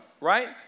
Right